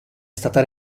stata